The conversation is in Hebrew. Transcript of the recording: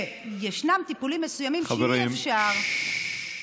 שישנם טיפולים מסוימים שאי-אפשר, חברים.